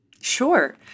Sure